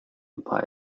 imply